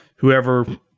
Whoever